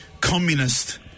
communist